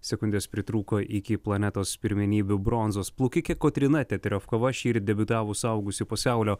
sekundės pritrūko iki planetos pirmenybių bronzos plaukikė kotryna teterevkova šįryt debiutavo suaugusiųjų pasaulio